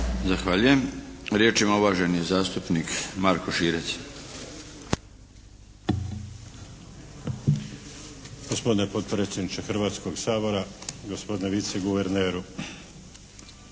Zahvaljujem. Riječ ima uvaženi zastupnik Marko Širac. **Širac, Marko (HDZ)** Gospodine potpredsjedniče Hrvatskoga sabora, gospodine viceguverneru.